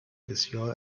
بسیار